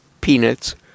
peanuts